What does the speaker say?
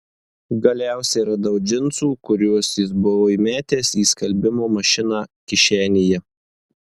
galiausiai radau džinsų kuriuos jis buvo įmetęs į skalbimo mašiną kišenėje